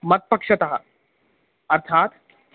मत्पक्षतः अर्थात्